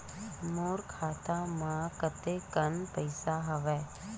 मोर खाता म कतेकन पईसा हवय?